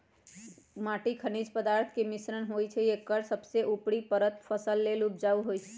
माटी खनिज पदार्थ के मिश्रण होइ छइ एकर सबसे उपरी परत फसल लेल उपजाऊ होहइ